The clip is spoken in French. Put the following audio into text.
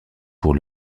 pour